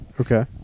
Okay